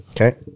Okay